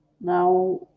Now